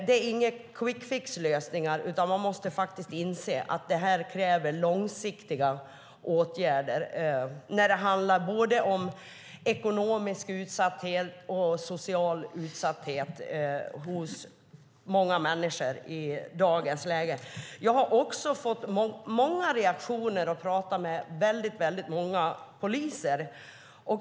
Det är inga quick fix-lösningar, utan man måste inse att det krävs långsiktiga åtgärder när det handlar om både ekonomisk utsatthet och social utsatthet hos många människor i dagens läge. Jag har också fått många reaktioner och pratat med många poliser.